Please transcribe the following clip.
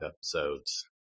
episodes